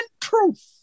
truth